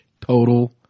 Total